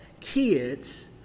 kids